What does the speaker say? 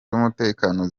z’umutekano